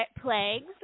plagues